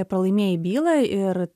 pralaimėjai bylą ir